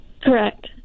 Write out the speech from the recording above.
correct